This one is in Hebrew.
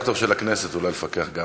האמת, הנושא הזה באמת מביש.